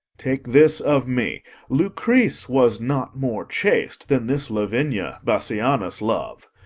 take this of me lucrece was not more chaste than this lavinia, bassianus' love.